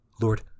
Lord